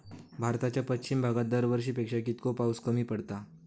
भारताच्या पश्चिम भागात दरवर्षी पेक्षा कीतको पाऊस कमी पडता?